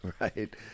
right